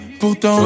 pourtant